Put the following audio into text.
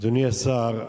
אדוני השר,